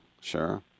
Sure